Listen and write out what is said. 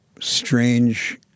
strange